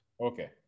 Okay